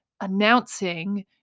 announcing